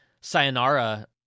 Sayonara